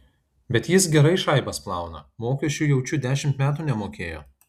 bet jis gerai šaibas plauna mokesčių jaučiu dešimt metų nemokėjo